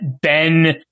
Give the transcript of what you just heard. Ben